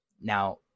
now